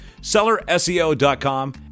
sellerseo.com